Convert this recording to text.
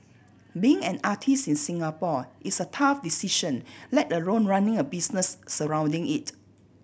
being an artist in Singapore is a tough decision let alone running a business surrounding it